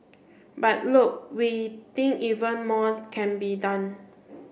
but look we think even more can be done